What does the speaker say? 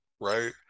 right